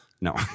No